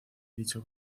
dicho